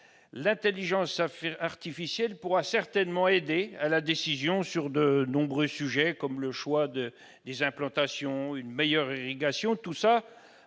L'intelligence artificielle pourra certainement aider à la décision sur de nombreux sujets, comme le choix des implantations, la fourniture d'une meilleure irrigation, tout en